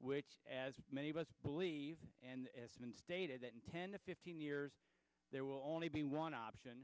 which as many of us believe and it's been stated that in ten to fifteen years there will only be one option